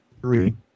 three